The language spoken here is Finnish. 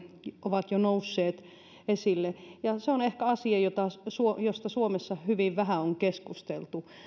ovat jo nousseet esille se on asia josta suomessa on keskusteltu hyvin vähän